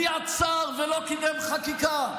מי עצר ולא קידם חקיקה,